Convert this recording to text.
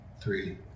three